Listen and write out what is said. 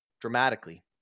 dramatically